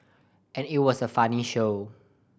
and it was a funny show